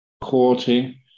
courting